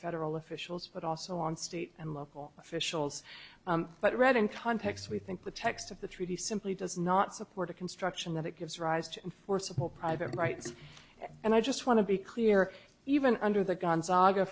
federal officials but also on state and local officials but read in context we think the text of the treaty simply does not support a construction that it gives rise to forcible private rights and i just want to be clear even under the gonzaga